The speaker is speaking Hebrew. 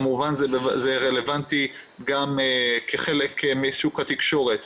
זה רלוונטי גם כחלק משוק התקשורת.